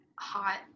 hot